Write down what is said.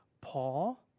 Paul